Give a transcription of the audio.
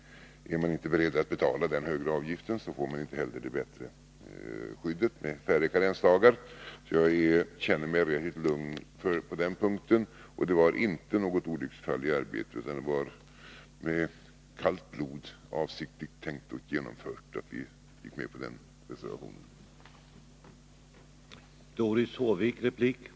Är man inte beredd att betala den högre avgiften, får man inte heller det bättre skyddet med färre karensdagar. Jag känner mig alltså väldigt lugn på den här punkten. Att jag finns med bland reservanterna har inte att göra med något olycksfall i arbetet, utan jag gick med på reservationen med kallt blod, och det var avsiktligt tänkt och genomfört.